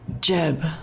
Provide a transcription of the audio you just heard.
Jeb